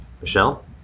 Michelle